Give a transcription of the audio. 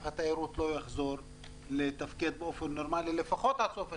התיירות לא יחזור לתפקד באופן נורמלי לפחות עד סוף השנה.